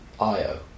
Io